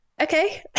okay